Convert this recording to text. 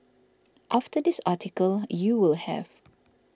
after this article you will have